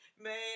Man